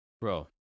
Bro